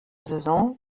saison